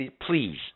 please